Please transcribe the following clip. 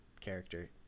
character